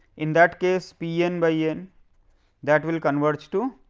in that case p n by n that will converge to